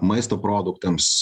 maisto produktams